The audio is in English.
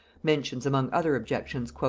mentions among other objections,